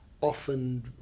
often